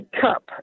cup